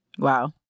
Wow